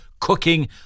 cooking